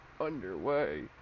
underway